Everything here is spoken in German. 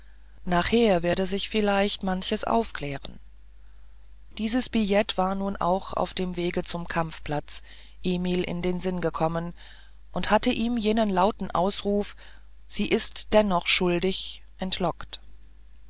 nachher werde sich vielleicht manches aufklären dieses billett war nun auch auf dem wege zum kampfplatz emil in den sinn gekommen und hatte ihm jenen lauten ausruf sie ist dennoch schuldig entlockt